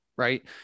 right